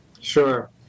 Sure